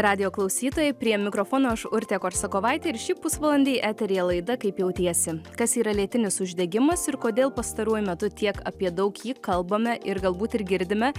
radijo klausytojai prie mikrofono aš urtė korsakovaitė ir šį pusvalandį eteryje laida kaip jautiesi kas yra lėtinis uždegimas ir kodėl pastaruoju metu tiek apie daug jį kalbame ir galbūt ir girdime